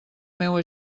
meua